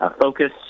focus